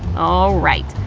alright!